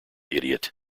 idiot